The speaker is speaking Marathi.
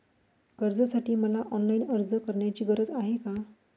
कर्जासाठी मला ऑनलाईन अर्ज करण्याची गरज आहे का?